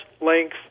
length